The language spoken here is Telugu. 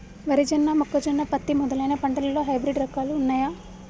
వరి జొన్న మొక్కజొన్న పత్తి మొదలైన పంటలలో హైబ్రిడ్ రకాలు ఉన్నయా?